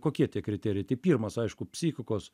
kokie tie kriterijai tai pirmas aišku psichikos